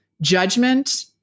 judgment